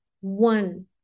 one